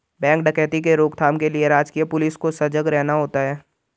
bank डकैती के रोक थाम के लिए राजकीय पुलिस को सजग रहना होता है